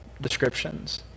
descriptions